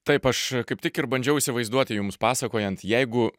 taip aš kaip tik ir bandžiau įsivaizduoti jums pasakojant jeigu